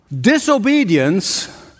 disobedience